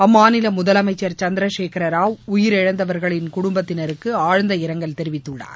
அம்மாநில முதலமைச்சர் சந்திரசேவர ராவ் உயிரிழந்தவர்களின் குடும்பத்தினருக்கு ஆழ்ந்த இரங்கல் தெரிவித்துள்ளார்